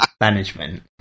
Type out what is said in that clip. management